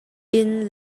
inn